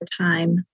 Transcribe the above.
time